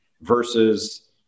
versus